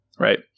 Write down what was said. Right